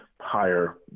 higher